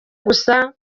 gusa